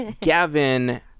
Gavin